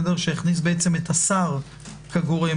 שהכניס את השר כגורם,